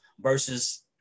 versus